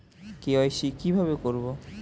KYC কিভাবে করব?